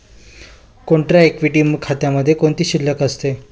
Contra equity खात्यामध्ये कोणती शिल्लक असते?